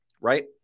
Right